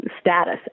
status